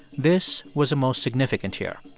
this was a most-significant year.